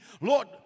Lord